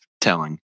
telling